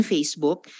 Facebook